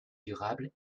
durable